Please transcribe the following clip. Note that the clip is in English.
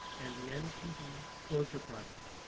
and the npd closure project.